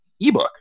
ebook